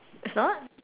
is not